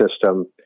system